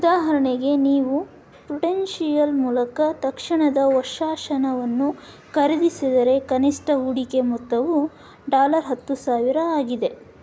ಉದಾಹರಣೆಗೆ ನೀವು ಪ್ರುಡೆನ್ಶಿಯಲ್ ಮೂಲಕ ತಕ್ಷಣದ ವರ್ಷಾಸನವನ್ನು ಖರೀದಿಸಿದರೆ ಕನಿಷ್ಟ ಹೂಡಿಕೆ ಮೊತ್ತವು ಡಾಲರ್ ಹತ್ತು ಸಾವಿರ ಆಗಿದೆ